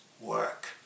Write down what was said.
work